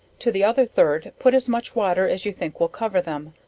to the other third put as much water as you think will cover them,